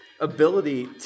Ability